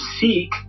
seek